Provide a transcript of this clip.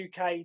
UK